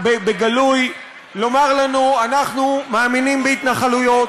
בגלוי, לומר לנו: אנחנו מאמינים בהתנחלויות,